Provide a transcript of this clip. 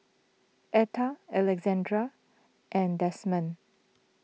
Etta Alexandra and Desmond